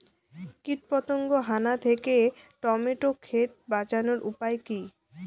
কীটপতঙ্গের হানা থেকে টমেটো ক্ষেত বাঁচানোর উপায় কি?